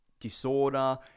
disorder